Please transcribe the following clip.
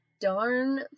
darn